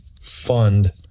fund